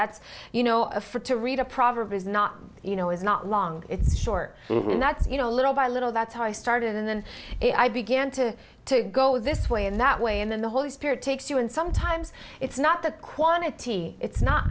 that's you know a for to read a proverb is not you know it's not long it's short and that's you know little by little that's how i started and then i began to to go this way and that way and then the holy spirit takes you and sometimes it's not the quantity it's not